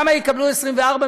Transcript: למה יקבלו 24?